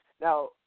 Now